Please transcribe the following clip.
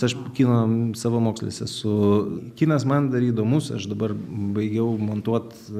tai aš kino savamokslis esu kinas man dar įdomus aš dabar baigiau montuot